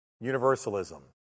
Universalism